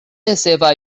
esseva